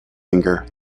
finger